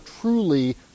truly